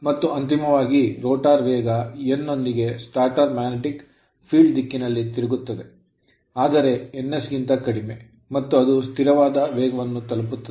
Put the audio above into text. ಮತ್ತು ಅಂತಿಮವಾಗಿ ರೋಟರ್ ವೇಗ n ನೊಂದಿಗೆ ಸ್ಟಾಟರ್ ಮ್ಯಾಗ್ನೆಟಿಕ್ ಕ್ಷೇತ್ರದ ದಿಕ್ಕಿನಲ್ಲಿ ತಿರುಗುತ್ತದೆ ಆದರೆ ns ಗಿಂತ ಕಡಿಮೆ ಮತ್ತು ಅದು ಸ್ಥಿರವಾದ ವೇಗವನ್ನು ತಲುಪುತ್ತದೆ